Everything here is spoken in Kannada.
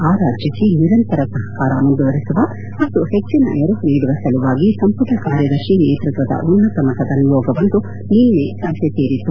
ಆ ರಾಜ್ಯಕ್ಷೆ ನಿರಂತರ ಸಹಕಾರ ಮುಂದುವರಿಸುವ ಮತ್ತು ಹೆಚ್ಚನ ನೆರವು ನೀಡುವ ಸಲವಾಗಿ ಸಂಪುಟ ಕಾರ್ಯದರ್ಶಿ ನೇತೃತ್ವದ ಉನ್ನತ ಮಟ್ಟದ ನಿಯೋಗವೊಂದು ನಿನ್ನೆ ಸಭೆ ಸೇರಿತ್ತು